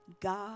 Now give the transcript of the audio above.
God